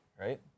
right